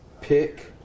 pick